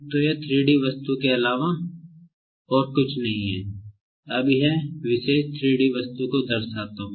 तो यह एक 3 D वस्तु के अलावा और कुछ नहीं है अब यह विशेष 3 D वस्तु दर्शाता हूँ